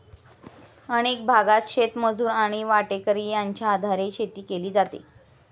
अनेक भागांत शेतमजूर आणि वाटेकरी यांच्या आधारे शेती केली जाते